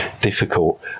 difficult